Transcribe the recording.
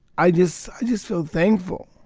i just i just feel thankful.